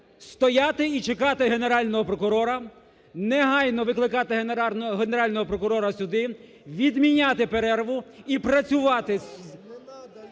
стояти і чекати Генерального прокурора, негайно викликати Генерального прокурора сюди, відміняти перерву і працювати…